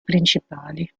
principali